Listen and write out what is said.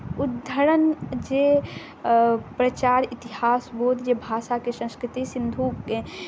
उद्धरण जे प्रचार इतिहासबोध जे भाषाके संस्कृति सिन्धुके